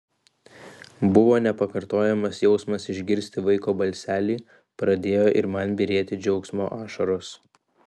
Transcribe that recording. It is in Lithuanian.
buvo nepakartojamas jausmas išgirsti vaiko balselį pradėjo ir man byrėti džiaugsmo ašaros